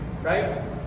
right